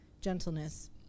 gentleness